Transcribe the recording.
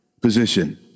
position